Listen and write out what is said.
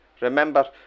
Remember